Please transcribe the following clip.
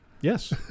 Yes